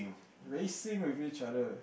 racing with each other